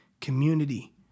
community